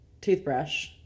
toothbrush